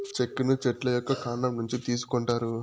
చెక్కను చెట్ల యొక్క కాండం నుంచి తీసుకొంటారు